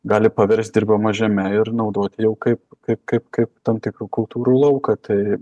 gali paverst dirbama žeme ir naudot jau kaip kaip kaip kaip tam tikrų kultūrų lauką tai